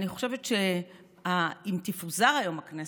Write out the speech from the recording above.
אני חושבת שאם תפוזר היום הכנסת,